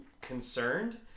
concerned